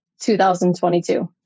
2022